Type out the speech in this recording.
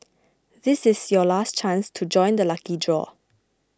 this is your last chance to join the lucky draw